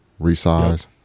resize